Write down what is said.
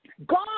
God